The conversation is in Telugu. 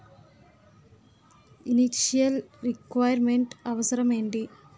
ఇనిటియల్ రిక్వైర్ మెంట్ అవసరం ఎంటి?